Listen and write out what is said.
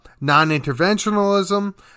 non-interventionalism